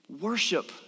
worship